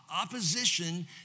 opposition